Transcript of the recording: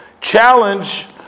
challenge